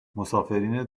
مسافرین